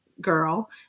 girl